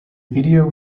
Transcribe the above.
video